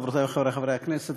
חברותי וחברי חברי הכנסת,